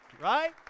Right